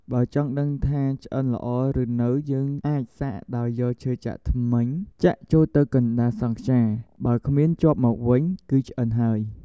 បើចង់ដឹងថាឆ្អិនល្អឬនៅយើងអាចសាកដោយយកឈើចាក់ធ្មេញចាក់ចូលទៅកណ្តាលសង់ខ្យា បើគ្មានជាប់មកវិញគឺឆ្អិនហើយ។